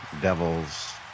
Devils